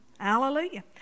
Hallelujah